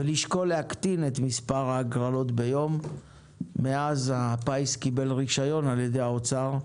ולשקול להקטין את מספר ההגרלות ביום מאז הפיס קיבל רישיון על ידי האוצר.